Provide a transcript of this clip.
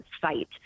site